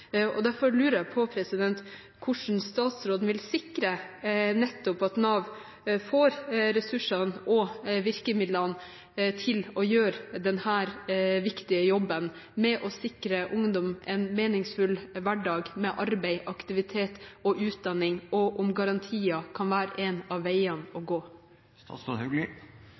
Derfor lurer jeg på hvordan statsråden vil sikre nettopp at Nav får ressursene og virkemidlene til å gjøre den viktige jobben med å sikre ungdom en meningsfull hverdag med arbeid, aktivitet og utdanning, og om garantier kan være en av veiene å gå.